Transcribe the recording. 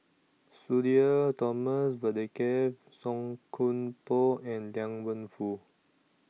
Sudhir Thomas Vadaketh Song Koon Poh and Liang Wenfu